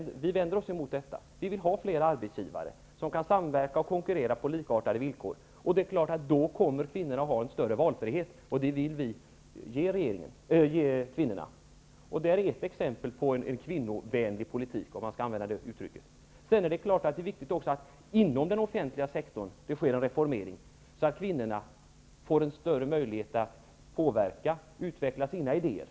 Vi vänder oss emot detta. Vi vill ha fler arbetsgivare, som kan samverka och konkurrera på likartade villkor. Då kommer kvinnorna att ha en större valfrihet, och det vill vi ge kvinnorna. Detta är ett exempel på en kvinnovänlig politik, om man skall använda det uttrycket. Självfallet är det också viktigt att det sker en reformering inom den offentliga sektorn, så att kvinnorna får en större möjlighet att påverka och att utveckla sina idéer.